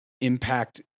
impact